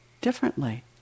differently